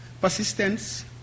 persistence